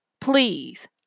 please